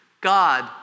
God